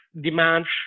Demands